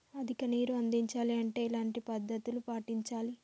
అధిక నీరు అందించాలి అంటే ఎలాంటి పద్ధతులు పాటించాలి?